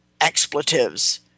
expletives